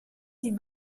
sie